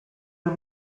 are